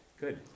Good